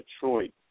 Detroit